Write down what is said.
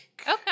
Okay